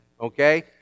okay